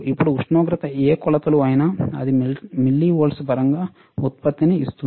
ఇప్పుడు ఉష్ణోగ్రత ఏ కొలతలు అయినా అది మిల్లివోల్ట్ల పరంగా ఉత్పత్తిని ఇస్తుంది